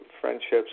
friendships